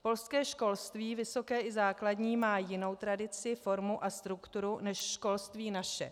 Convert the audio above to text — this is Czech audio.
Polské školství, vysoké i základní, má jinou tradici, formu a strukturu než školství naše.